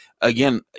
again